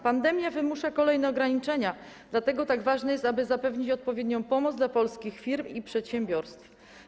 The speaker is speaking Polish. Pandemia wymusza kolejne ograniczenia, dlatego tak ważne jest, aby zapewnić odpowiednią pomoc dla polskich firm i przedsiębiorstw.